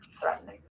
threatening